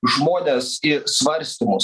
žmones į svarstymus